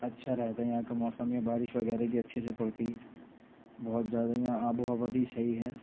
اچھا رہتا ہے یہاں کا موسم یا بارش وغیرہ بھی اچھے سے پڑتی بہت زیادہ یہاں آب و ہوا بھی صحیح ہے